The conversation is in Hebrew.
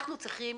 אנחנו צריכים